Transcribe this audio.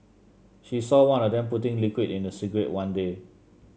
she saw one of them putting liquid in a cigarette one day